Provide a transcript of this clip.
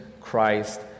Christ